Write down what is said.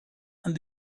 and